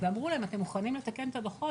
ושאלו אותם: אתם מוכנים לתקן את הדוחות?